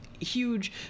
huge